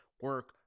Work